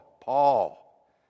Paul